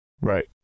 right